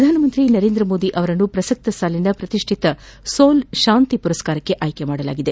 ಪ್ರಧಾನಮಂತ್ರಿ ನರೇಂದ್ರ ಮೋದಿ ಅವರನ್ನು ಪ್ರಸಕ್ತ ಸಾಲಿನ ಪ್ರತಿಷ್ಠಿತ ಸೋಲ್ ಶಾಂತಿ ಪ್ರಶಸ್ತಿಗೆ ಆಯ್ಕೆ ಮಾಡಲಾಗಿದೆ